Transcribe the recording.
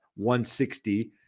160